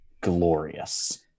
glorious